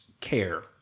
care